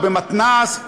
או במתנ"ס.